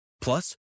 Plus